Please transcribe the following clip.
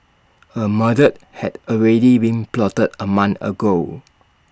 A murder had already been plotted A month ago